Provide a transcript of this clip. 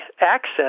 access